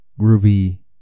groovy